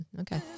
okay